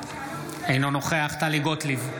אינו נוכח טלי גוטליב,